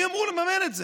מי אמור לממן את זה?